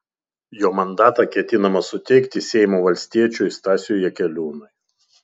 jo mandatą ketinama suteikti seimo valstiečiui stasiui jakeliūnui